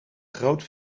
groot